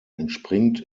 entspringt